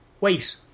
Wait